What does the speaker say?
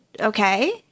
okay